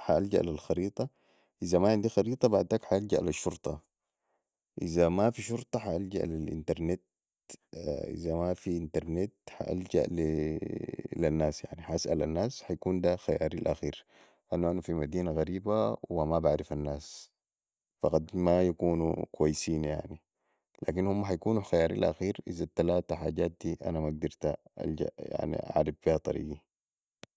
ح الجا لي الخريطه إذا ماعندي خريطة بعداك ح الجاء لي الشرطة إذا مافي شرطة ح الجا لي الإنترنت إذا مافي انترنت ح الجاء لي الناس ح اسل الناس سيكون ده خياري الأخير لأنو في مدينه غريبة ومايعرف الناس فقد ما يكونو كويسين يعني لكن هم ح يكونو خياري الأخير إذا التلاته حجات دي أنا ماقدرتا اعرف بيها طريقي